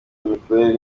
imikorere